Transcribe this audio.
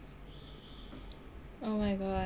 oh my god